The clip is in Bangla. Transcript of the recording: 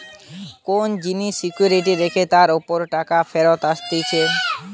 কোন জিনিস সিকিউরিটি রেখে তার উপর টাকা ফেরত আসতিছে